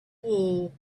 wool